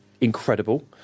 incredible